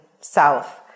south